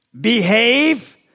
Behave